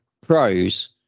Pros